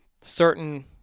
certain